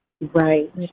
Right